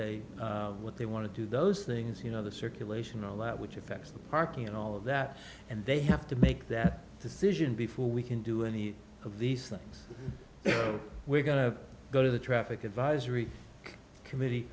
they what they want to do those things you know the circulation all that which effects the parking and all of that and they have to make that decision before we can do any of these things we're going to go to the traffic advisory committee